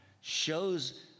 shows